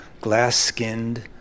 glass-skinned